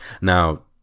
Now